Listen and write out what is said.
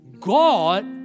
God